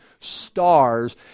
stars